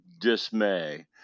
dismay